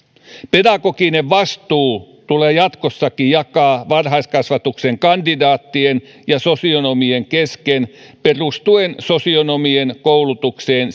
pedagoginen vastuu tulee jatkossakin jakaa varhaiskasvatuksen kandidaattien ja sosionomien kesken perustuen sosionomien koulutukseen